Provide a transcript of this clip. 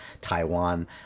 Taiwan